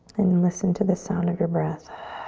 and listen to the sound of your breath.